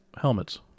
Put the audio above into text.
helmets